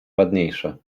ładniejsze